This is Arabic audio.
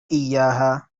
إياها